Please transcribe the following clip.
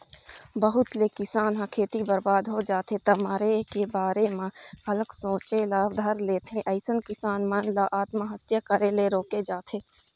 बहुत ले किसान ह खेती बरबाद हो जाथे त मरे के बारे म घलोक सोचे ल धर लेथे अइसन किसान मन ल आत्महत्या करे ले रोके जाथे